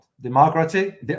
democracy